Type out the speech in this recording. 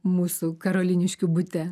mūsų karoliniškių bute